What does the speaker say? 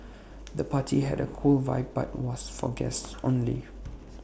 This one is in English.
the party had A cool vibe but was for guests only